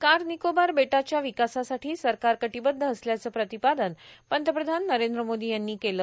car Nicobar बेटाच्या विकासासाठी सरकार कटिबध्द असल्याचं प्रतिपादन पंतप्रधान नरेंद्र मोदी यांनी केलं